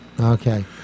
Okay